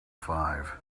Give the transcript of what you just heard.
five